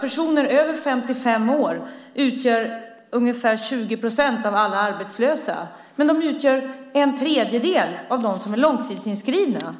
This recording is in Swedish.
Personer över 55 år utgör ju ungefär 20 procent av alla arbetslösa, men de utgör en tredjedel av dem som är långtidsinskrivna.